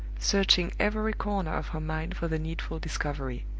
searching every corner of her mind for the needful discovery,